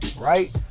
Right